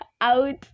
out